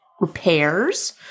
repairs